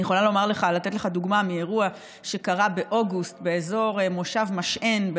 אני יכולה לתת לך דוגמה מאירוע שקרה באוגוסט באזור מושב משען,